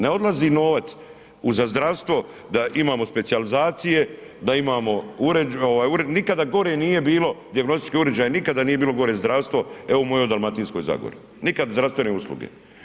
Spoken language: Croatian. Ne odlazi novac za zdravstvo da imamo specijalizacije, da imamo uređeno, nikada gore nije bilo dijagnostičkih uređaja, nikada nije bilo gore zdravstvo evo u mojoj Dalmatinskoj zagori, nikad zdravstvene usluge.